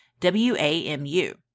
WAMU